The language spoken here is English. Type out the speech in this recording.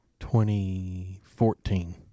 2014